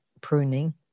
pruning